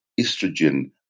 estrogen